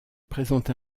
présente